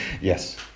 Yes